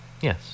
Yes